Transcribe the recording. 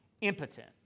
impotent